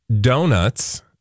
donuts